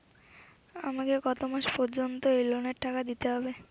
আমাকে কত মাস পর্যন্ত এই লোনের টাকা দিতে হবে?